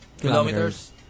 kilometers